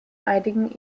einigen